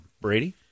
Brady